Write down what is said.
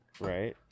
Right